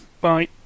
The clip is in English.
Bye